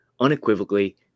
Unequivocally